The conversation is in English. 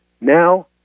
Now